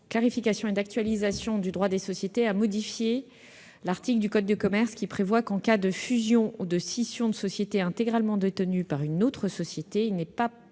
clarification et d'actualisation du droit des sociétés a modifié l'article L. 236-3 du code de commerce, en prévoyant que, en cas de fusion ou de scission de sociétés intégralement détenues par une autre société, il n'est pas